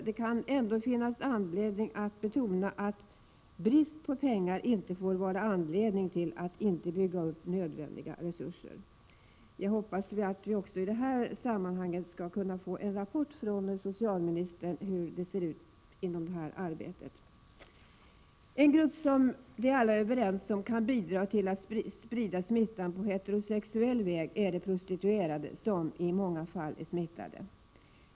Det kan ändå finnas anledning att betona att brist på pengar inte får vara anledning till att inte bygga upp nödvändiga resurser. Jag hoppas att vi kan få en rapport från socialministern också om hur det ser ut i fråga om detta arbete. En grupp som — det är alla överens om — kan bidra till att sprida smittan på heterosexuell väg är de prostituerade, som i många fall är smittade.